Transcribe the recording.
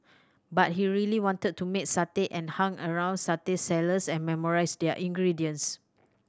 but he really wanted to make satay and hung around satay sellers and memorized their ingredients